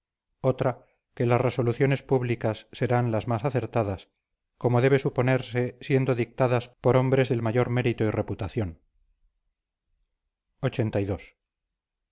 otra que las resoluciones públicas serán las más acertadas como debe suponerse siendo dictadas por hombres del mayor mérito y reputación lxxxii tal fue